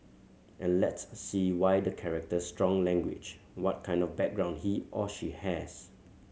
and let's see why the character strong language what kind of background he or she has